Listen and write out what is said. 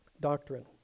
doctrine